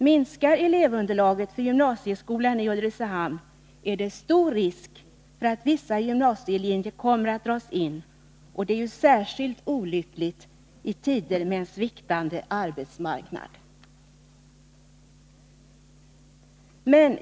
Minskar elevunderlaget för gymnasieskolan i Ulricehamn är det stor risk för att vissa gymnasielinjer kommer att dras in, och det är ju särskilt olyckligt i tider med en sviktande arbetsmarknad.